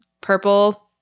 purple